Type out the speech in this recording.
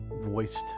voiced